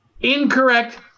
Incorrect